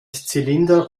zylinder